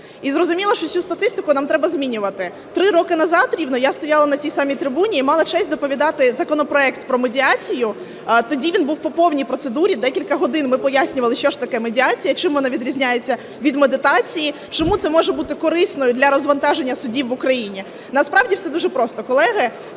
І зрозуміло, що цю статистику нам треба змінювати. Три роки назад рівно я стояла на цій самій трибуні і мала честь доповідати законопроект про медіацію, тоді він був по повній процедурі. Декілька годин ми пояснювали, що ж таке медіація, чим вона відрізняється від медитації, чому це може бути корисно для завантаження судів в Україні. Насправді все дуже просто, колеги.